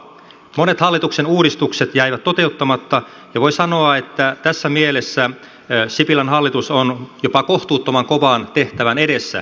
monet hallituksen uudistukset jäivät toteuttamatta ja voi sanoa että tässä mielessä sipilän hallitus on jopa kohtuuttoman kovan tehtävän edessä